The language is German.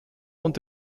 und